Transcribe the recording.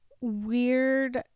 weird